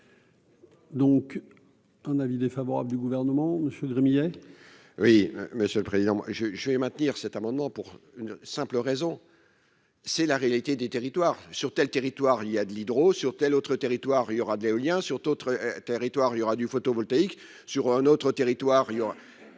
Donc un avis défavorable du gouvernement Monsieur Gremillet. Oui, monsieur le président moi je, je vais maintenir cet amendement pour une simple raison, c'est la réalité des territoires sur tel territoire il y a de l'hydro-sur telle autre territoire il y aura de l'éolien sur d'autres territoires, il y aura du photovoltaïque sur un autre territoire, c'est,